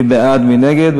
מי בעד, מי נגד?